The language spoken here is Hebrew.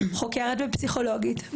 חוקרת ופסיכולוגית.